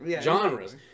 genres